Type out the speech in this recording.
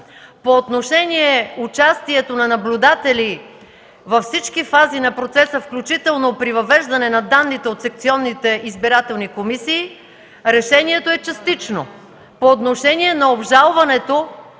По отношение участието на наблюдатели във всички фази на процеса, включително при въвеждане на данните от секционните избирателни комисии, решението е частично. По отношение на обжалване